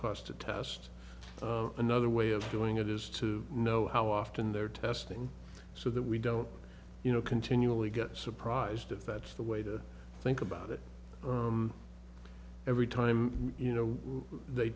cost to test another way of doing it is to know how often they're testing so that we don't you know continually get surprised if that's the way to think about it every time you know they